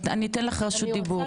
אתן לך רשות דיבור.